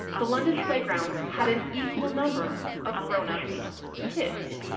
the london playgrounds had an equal number of grownups to kids.